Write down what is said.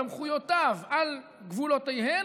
סמכויותיו על גבולותיהן,